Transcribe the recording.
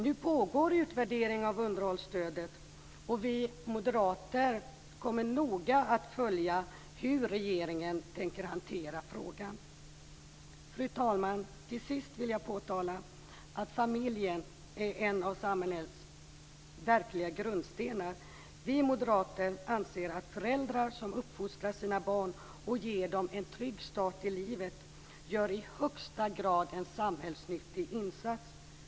Nu pågår en utvärdering av underhållsstödet. Vi moderater kommer noga att följa hur regeringen tänker hantera frågan. Fru talman! Till sist vill jag påtala att familjen är en av samhällets verkliga grundstenar. Vi moderater anser att föräldrar som uppfostrar sina barn och ger dem en trygg start i livet gör en i högsta grad samhällsnyttig insats.